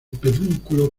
pedúnculo